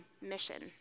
mission